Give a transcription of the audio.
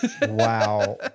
wow